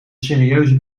serieuze